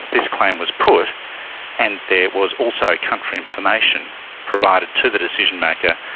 this claim was put and there was also country information provided to the decision maker,